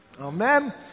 Amen